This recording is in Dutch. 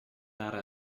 naar